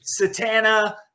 Satana